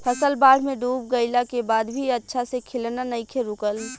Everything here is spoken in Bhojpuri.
फसल बाढ़ में डूब गइला के बाद भी अच्छा से खिलना नइखे रुकल